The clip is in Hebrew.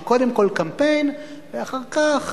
שקודם כול קמפיין ואחר כך